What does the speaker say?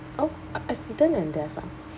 oh accident and death ah